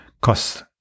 cost